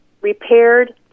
repaired